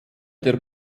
der